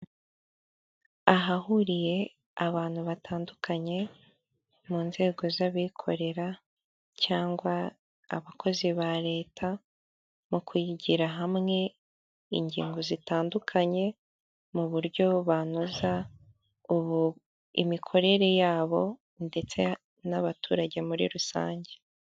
Ahahuriye abantu batandukanye mu nzego z'abikorera, cyangwa abakozi ba leta mu kuyigira hamwe ingingo zitandukanye mu buryo banoza imikorere yabo ndetse n'abaturage muri rusange.